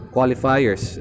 Qualifiers